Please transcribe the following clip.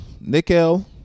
nickel